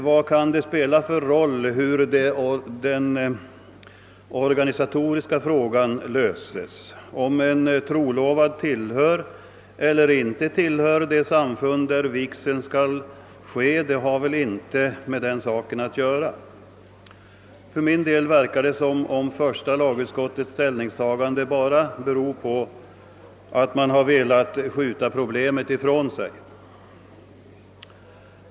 Vad kan det spela för roll hur den organisatoriska frågan löses? Om en trolovad tillhör eller inte tillhör det samfund där vig seln skall ske har väl inte med saken att göra. För min del tycker jag det verkar som om första lagutskottets ställningstagande beror på att man har velat skjuta problemet ifrån sig.